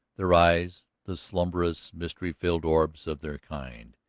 their eyes, the slumbrous, mystery-filled orbs of their kind,